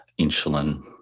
insulin